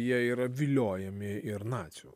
jie yra viliojami ir nacių